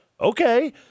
okay